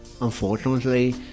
unfortunately